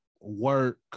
work